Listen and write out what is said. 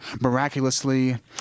miraculously